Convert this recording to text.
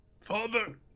Father